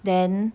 then